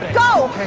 go!